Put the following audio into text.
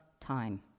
time